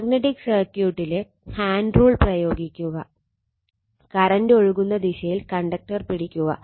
magnetic സർക്യൂട്ടിലെ hand rule പ്രയോഗിക്കുക current ഒഴുകുന്ന ദിശയിൽ കണ്ടക്ടർ പിടിക്കുക